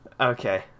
Okay